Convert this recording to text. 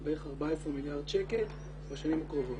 של בערך 14 מיליארד שקלים בשנים הקרובות.